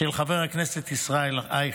של חבר הכנסת ישראל אייכלר.